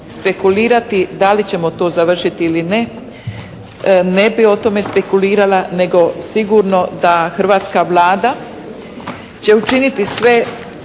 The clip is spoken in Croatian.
Spekulirati da li ćemo to završiti ili ne, ne bi o tome spekulirala, nego sigurno da hrvatska Vlada će učiniti sve